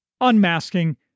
Unmasking